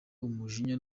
umujinya